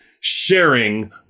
sharing